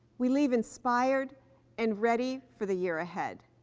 we leave inspired and ready for the year ahead.